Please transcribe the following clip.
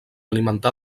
alimentar